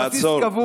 על בסיס קבוע,